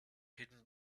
hidden